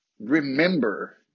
remember